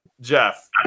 Jeff